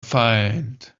find